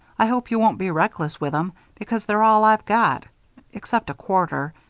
i hope you won't be reckless with em because they're all i've got except a quarter.